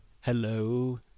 Hello